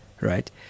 right